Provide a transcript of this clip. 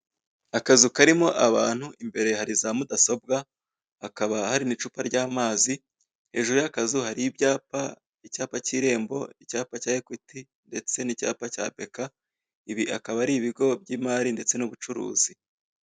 Akazu karimo abantu imbere hari za mudasobwa, hakaba hari n'icupa ry'amazi hejuru y'akazu hari ibyapa, icyapa cy' irembo, icyapa cya ekwiti, ndetse n'icyapa cya beka, ibi akaba ari ibigo by'imari ndetse n'ubucuruzi.